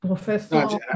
Professor